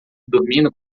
dormindo